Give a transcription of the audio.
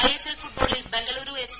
is L ഫുട്ബോളിൽ Bengaluru F